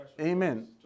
Amen